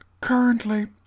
currently